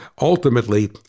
ultimately